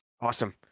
Awesome